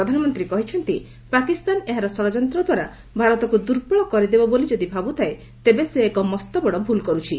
ପ୍ରଧାନମନ୍ତ୍ରୀ କହିଛନ୍ତି ପାକିସ୍ତାନ ଏହାର ଷଡ଼ଯନ୍ତ୍ର ଦ୍ୱାରା ଭାରତକୁ ଦୁର୍ବଳ କରିଦେବ ବୋଲି ଯଦି ଭାବୁଥାଏ ତେବେ ସେ ଏକ ମସ୍ତବଡ଼ ଭୁଲ୍ କରୁଛି